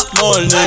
morning